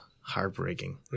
heartbreaking